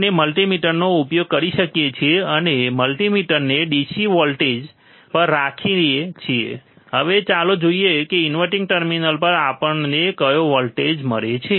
આપણે મલ્ટિમીટરનો ઉપયોગ કરી શકીએ છીએ અને મલ્ટિમીટરને DC વોલ્ટેજ DC વોલ્ટેજ પર રાખીએ છીએ હવે ચાલો જોઈએ કે ઇન્વર્ટીંગ ટર્મિનલ પર આપણને કયો વોલ્ટેજ મળે છે